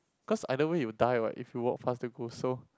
cause either way you die what if you walk fast the ghost so